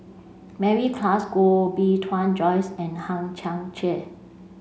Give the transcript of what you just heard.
Mary Klass Koh Bee Tuan Joyce and Hang Chang Chieh